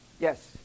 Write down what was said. Yes